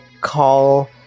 call